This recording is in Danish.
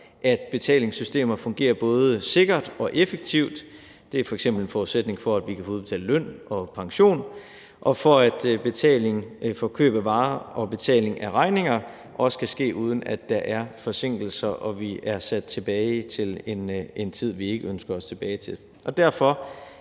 at betalingssystemer fungerer både sikkert og effektivt – det er f.eks. en forudsætning for, at vi kan få udbetalt løn og pension – og for at betaling for køb af varer og betaling af regninger også kan ske, uden at der er forsinkelser, og uden at vi bliver sat tilbage til en tid, vi ikke ønsker os tilbage til. Derfor